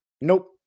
Nope